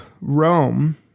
rome